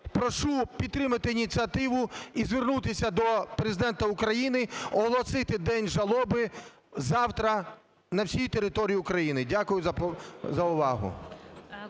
Прошу підтримати ініціативу і звернутися до Президента України оголосити день жалоби завтра на всій території України. Дякую за увагу.